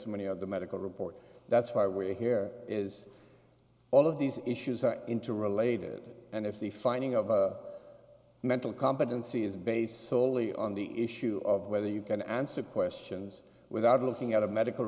testimony of the medical report that's why we're here is all of these issues are interrelated and if the finding of mental competency is based solely on the issue of whether you can answer questions without looking at a medical